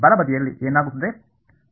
ಆದ್ದರಿಂದ ಬಲ ಬದಿಯಲ್ಲಿ ಏನಾಗುತ್ತದೆ